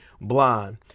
blind